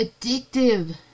addictive